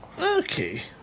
Okay